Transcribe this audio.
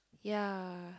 yea